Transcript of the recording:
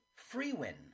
Freewin